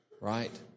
right